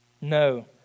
No